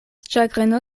ĉagreno